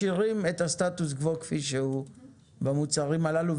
משאירים את הסטטוס קוו כפי שהוא במוצרים הללו,